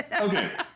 okay